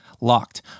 locked